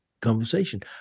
conversation